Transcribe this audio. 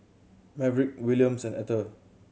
Maverick Williams and Etter